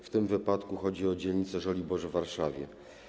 W tym wypadku chodzi o dzielnicę Żoliborz w Warszawie.